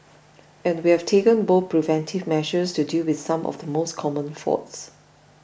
and we have taken both preventive measures to deal with some of the most common faults